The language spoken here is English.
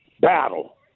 battle